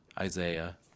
Isaiah